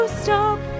stop